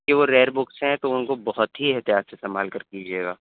کہ وہ rare books ہیں تو ان کو بہت ہی احتیاط سے سنبھال کر کیجیے گا